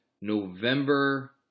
November